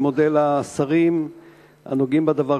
ואני מודה לשרים הנוגעים בדבר,